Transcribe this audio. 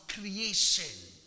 creation